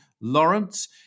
Lawrence